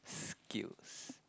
skills